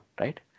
right